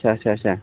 اچھا اچھا اچھا